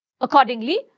Accordingly